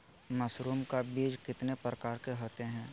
Mushroom का बीज कितने प्रकार के होते है?